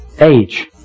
age